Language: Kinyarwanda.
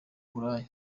uburaya